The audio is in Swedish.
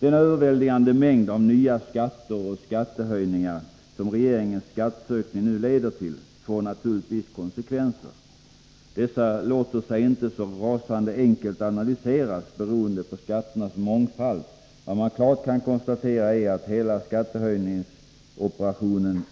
Den överväldigande mängd av nya skatter och skattehöjningar som regeringens skattsökning nu leder till får naturligtvis konsekvenser. Dessa låter sig inte så rasande enkelt analyseras, beroende på skatternas mångfald. Vad man klart kan konstatera är att hela skattehöjningsoperationen